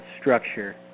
structure